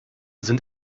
sind